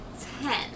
Ten